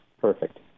Perfect